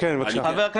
כן, בבקשה, אופיר.